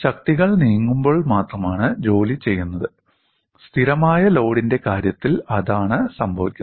ശക്തികൾ നീങ്ങുമ്പോൾ മാത്രമാണ് ജോലി ചെയ്യുന്നത് സ്ഥിരമായ ലോഡിന്റെ കാര്യത്തിൽ അതാണ് സംഭവിക്കുന്നത്